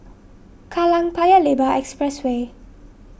Kallang Paya Lebar Expressway